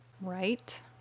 Right